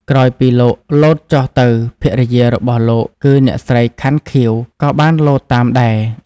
ក្រោយពីលោកលោតចុះទៅ ភរិយារបស់លោកគឺអ្នកស្រី ខាន់ ខៀវ ក៏បានលោតតាមដែរ។